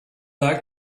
like